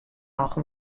noch